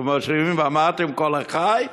כמו שאומרים, "ואמרתם כה לחי".